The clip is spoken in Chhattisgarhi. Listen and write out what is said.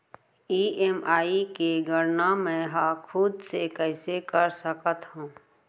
ई.एम.आई के गड़ना मैं हा खुद से कइसे कर सकत हव?